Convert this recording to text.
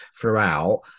throughout